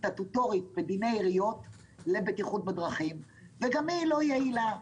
סטטוטורית בדיני עיריות לבטיחות בדרכים וגם היא לא יעילה.